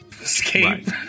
escape